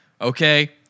Okay